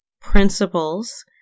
principles